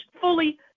fully